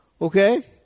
Okay